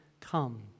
come